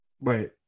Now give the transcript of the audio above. Wait